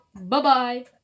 Bye-bye